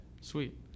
sweet